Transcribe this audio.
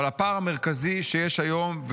אבל הפער המרכזי שיש היום,